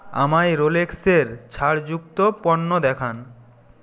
আমায় রোলেক্সের ছাড় যুক্ত পণ্য দেখান